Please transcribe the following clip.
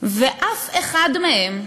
ואף אחד מהם,